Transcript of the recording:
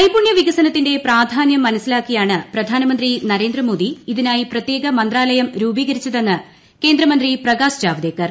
നൈപുണ്യ വികസനത്തിന്റെ പ്രാധാന്യം മനസ്സിലാക്കിയാണ് പ്രധാനമന്ത്രി നരേന്ദ്രമോദ്ദി ഇതിനായി പ്രത്യേക മന്ത്രാലയം രൂപീകരിച്ചതെന്ന് കേന്ദ്ര്മന്ത്രി പ്രകാശ് ജാവ്ദേക്കർ